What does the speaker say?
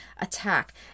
attack